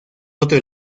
otro